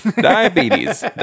Diabetes